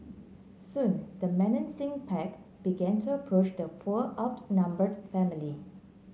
soon the menacing pack began to approach the poor outnumbered family